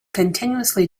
continuously